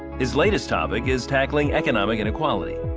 his latest topic is tackling economic inequality.